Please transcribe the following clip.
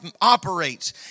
operates